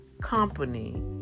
company